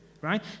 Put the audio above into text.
right